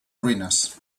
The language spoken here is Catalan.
ruïnes